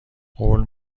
قول